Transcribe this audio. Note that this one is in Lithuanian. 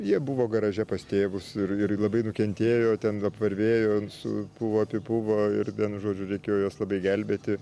jie buvo garaže pas tėvus ir ir labai nukentėjo ten apvarvėjo supuvo apipuvo ir vienu žodžiu reikėjo juos labai gelbėti